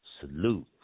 Salute